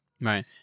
right